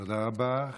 תודה רבה.